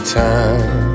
time